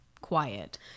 quiet